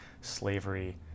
slavery